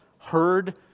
Heard